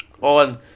on